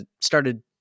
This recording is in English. started